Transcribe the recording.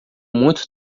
muito